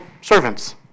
servants